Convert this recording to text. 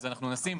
אז אנחנו נשים,